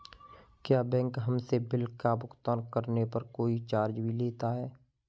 क्या बैंक हमसे बिल का भुगतान करने पर कोई चार्ज भी लेता है?